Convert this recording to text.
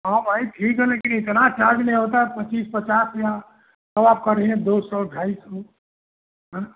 हाँ भाई ठीक है लेकिन इतना चार्ज नहीं होता पचीस पचास या और आप कह रही हैं दो सौ ढाई सौ हाँ